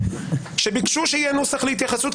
שביקשו שיהיה נוסח להתייחסות,